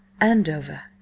Andover